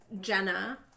Jenna